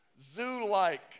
zoo-like